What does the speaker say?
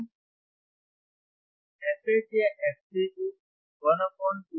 अब fL या fC1 1 2πR1C2